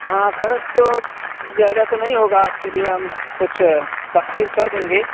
ہاں خرچ تو زیادہ تو نہیں ہوگا آپ کے لیے ہم کچھ تخفیف کر دیں گے